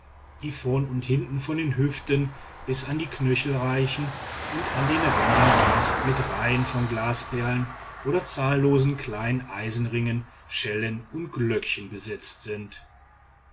die vorn und hinten von den hüften bis an die knöchel reichen und an den rändern meist mit reihen von glasperlen oder zahllosen kleinen eisenringen schellen und glöckchen besetzt sind